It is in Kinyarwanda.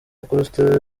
costa